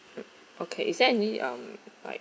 mm okay is there any um like